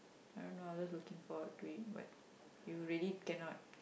I don't know I just looking forward to it but you really cannot